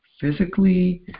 physically